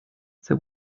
they